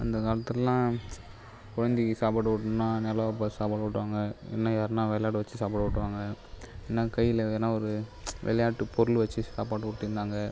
அந்த காலத்திலலாம் குழந்தைக்கு சாப்பாடு ஊட்ணுன்னா நிலாவ பார்த்து சாப்பாடு ஊட்டுவாங்க இன்ன யாருன்னால் விளாட வச்சு சாப்பாடு ஊட்டுவாங்க இன்ன கையில் எதனா ஒரு விளையாட்டுப் பொருள் வச்சு சாப்பாடு ஊட்டியிருந்தாங்க